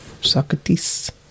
Socrates